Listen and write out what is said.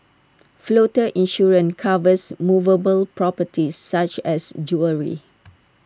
floater insurance covers movable properties such as jewellery